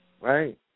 right